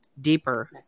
deeper